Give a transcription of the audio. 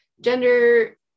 gender